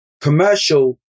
commercial